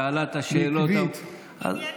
שאלה את השאלות, עניינית, עניינית.